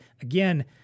again –